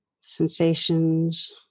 sensations